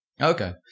Okay